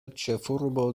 ĉefurbo